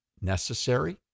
necessary